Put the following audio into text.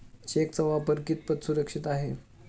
चेकचा वापर कितपत सुरक्षित आहे?